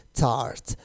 tart